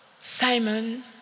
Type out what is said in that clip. Simon